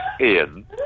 Ian